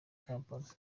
kampala